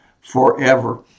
forever